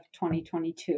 2022